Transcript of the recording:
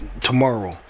tomorrow